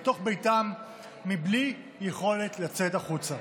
בבידוד בתוך ביתם מבלי יכולת לצאת החוצה.